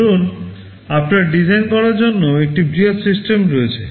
ধরুন আপনার ডিজাইন করার জন্য একটি বৃহত সিস্টেম রয়েছে